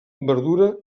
verdura